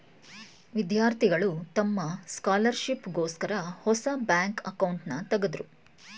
ವಿದ್ಯಾರ್ಥಿಗಳು ತಮ್ಮ ಸ್ಕಾಲರ್ಶಿಪ್ ಗೋಸ್ಕರ ಹೊಸ ಬ್ಯಾಂಕ್ ಅಕೌಂಟ್ನನ ತಗದ್ರು